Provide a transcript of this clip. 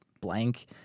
blank